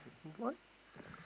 what